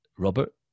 Robert